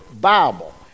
Bible